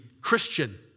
Christian